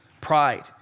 pride